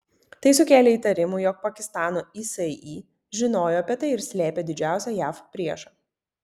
tai sukėlė įtarimų jog pakistano isi žinojo apie tai ir slėpė didžiausią jav priešą